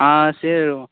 ஆ சரி ஓ